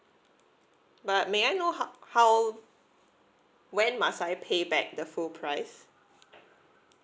but may I know how how when must I pay back the full price